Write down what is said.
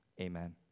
Amen